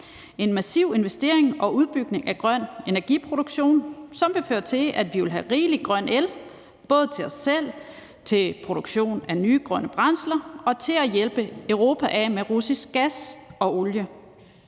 en massiv investering og udbygning af grøn energiproduktion, som vil føre til, at vi vil have rigelig med grøn el både til os selv, til produktion af nye grønne brændsler og til at hjælpe Europa af med russisk gas og olie.